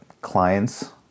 clients